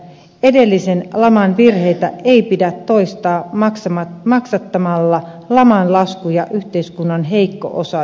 edellisen laman virheitä ei pidä toistaa maksattamalla laman laskuja yhteiskunnan heikko osaisilla